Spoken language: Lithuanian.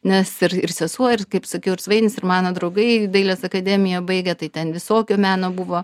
nes ir ir sesuo ir kaip sakiau ir svainis ir mano draugai dailės akademiją baigę tai ten visokio meno buvo